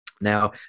Now